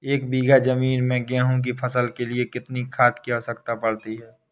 एक बीघा ज़मीन में गेहूँ की फसल के लिए कितनी खाद की आवश्यकता पड़ती है?